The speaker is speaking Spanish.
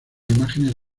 imágenes